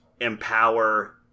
empower